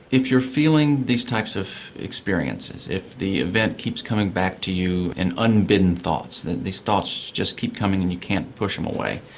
if you're feeling these types of experiences, if the event keeps coming back to you in unbidden thoughts, that these thoughts keep coming and you can't push them away,